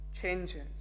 changes